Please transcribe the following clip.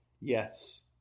Yes